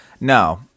no